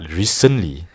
recently